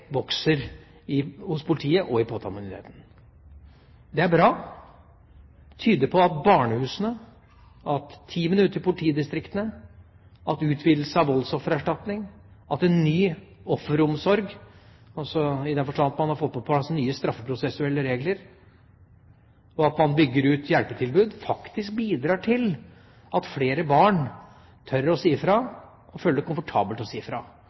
hos politiet og påtalemyndigheten. Det er bra. Det tyder på at barnehusene, teamene ute i politidistriktene, utvidelsen av voldsoffererstatning, en ny offeromsorg, altså i den forstand at man har fått på plass nye straffeprosessuelle regler – og at man bygger ut hjelpetilbud, faktisk bidrar til at flere barn tør å si fra og føler det komfortabelt å si fra